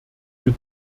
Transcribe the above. für